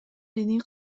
диний